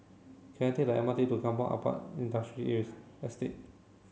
can I take the M R T to Kampong Ampat Industrial Estate